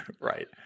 right